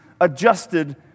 adjusted